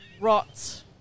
rot